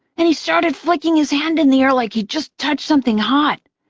and he started flicking his hand in the air like he'd just touched something hot.